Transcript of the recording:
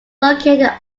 located